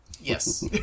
Yes